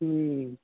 हूँ